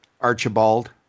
Archibald